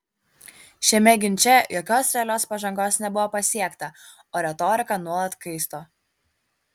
šiame ginče jokios realios pažangos nebuvo pasiekta o retorika nuolat kaisto